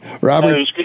Robert